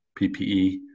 PPE